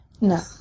No